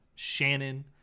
Shannon